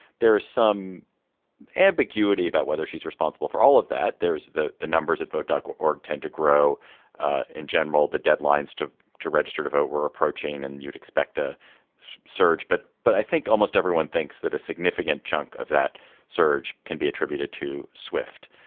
there is some ambiguity about whether she's responsible for all of that. there's the the numbers that vote org tend to grow in general the deadlines to to register to vote were approaching and you'd expect a surge. but but i think almost everyone thinks that a significant chunk of that surge can be attributed to swift.